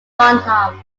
farnham